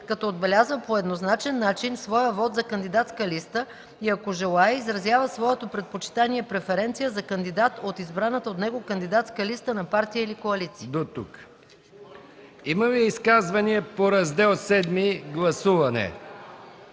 като отбелязва по еднозначен начин своя вот за кандидатска листа, и ако желае, изразява своето предпочитание (преференция) за кандидат от избраната от него кандидатска листа на партия или коалиция.”